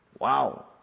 Wow